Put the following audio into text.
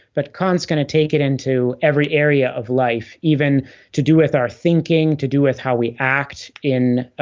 but kant's going to take it into every area of life, even to do with our thinking, to do with how we act in,